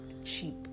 cheap